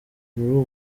muri